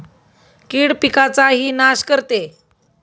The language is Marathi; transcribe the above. कीड पिकाचाही नाश करते